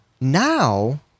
now